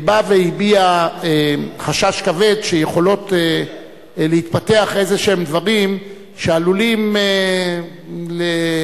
בא והביע חשש כבד שיכולים להתפתח איזה דברים שעלולים לפגוע